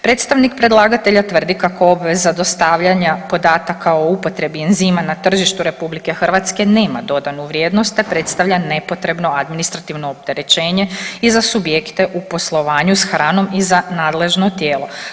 Predstavnik predlagatelja tvrdi kako obveza dostavljanja podataka o upotrebi enzima na tržištu RH nema dodanu vrijednost te predstavlja nepotrebno administrativno opterećenje i za subjekte u poslovanju s hranom i za nadležno tijelo.